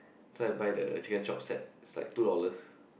try to buy the chicken chop set is like two dollars